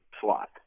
slot